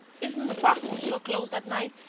isn't the parc monceau closed at night?